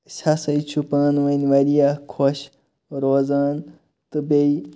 ہَسا چھُ پانہِ ؤنۍ واریاہ خۄش روزان تہٕ بیٚیہِ